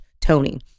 Tony